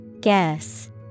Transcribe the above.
Guess